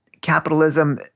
capitalism